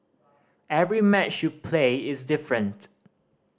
every match you play is different